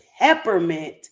peppermint